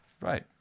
Right